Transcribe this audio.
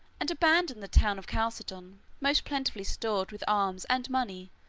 and abandoned the town of chalcedon, most plentifully stored with arms and money,